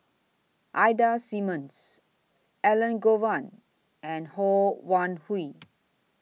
Ida Simmons Elangovan and Ho Wan Hui